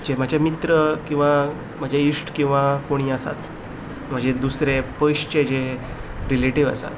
जे म्हजे मित्र किंवां म्हजे इश्ट किंवां कोणी आसात म्हजे दुसरे पयसचे जे रिलेटीव आसा